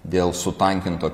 dėl sutankinto